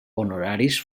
honoraris